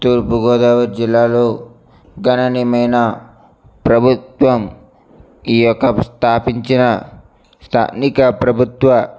తూర్పుగోదావరి జిల్లాలో గణనీయమైన ప్రభుత్వం ఈ యొక్క స్థాపించిన స్థానిక ప్రభుత్వ